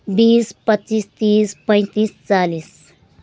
बिस पच्चिस तिस पैँतिस चालिस